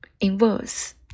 Inverse